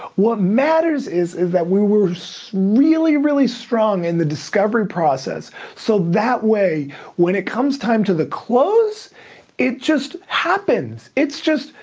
what matters is is that we were so really, really strong in the discovery process so that way when it comes time to the close it just happens. it's just,